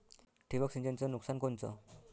ठिबक सिंचनचं नुकसान कोनचं?